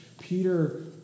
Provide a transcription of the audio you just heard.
Peter